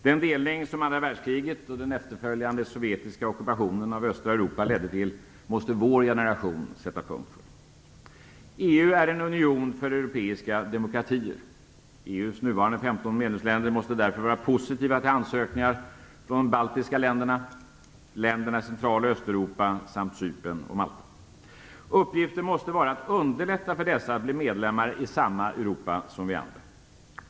Den delning som andra världskriget och den efterföljande sovjetiska ockupationen av östra Europa ledde till måste vår generation sätta punkt för. EU är en union för europeiska demokratier. EU:s nuvarande 15 medlemsländer måste därför vara positiva till ansökningar från de baltiska länderna, länderna i centrala Östeuropa samt Cypern och Malta. Uppgiften måste vara att underlätta för dessa att bli medlemmar i samma Europa som vi andra.